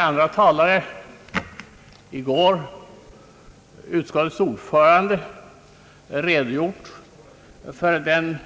Andra talare, i går utskottets ordförande, har redogjort för den